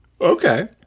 Okay